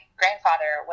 grandfather